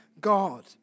God